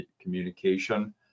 communication